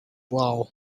blow